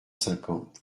cinquante